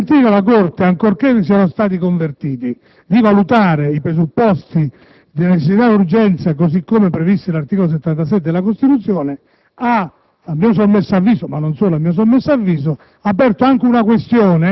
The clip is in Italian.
dire, funzionale e procedimentale tale da consentirle, ancorché non siano stati convertiti, di valutare i presupposti di necessità e urgenza così come previsto dall'articolo 77 della Costituzione,